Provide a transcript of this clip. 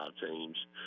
teams